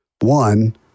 One